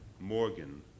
Morgan